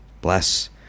Bless